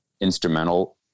instrumental